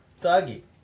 Doggy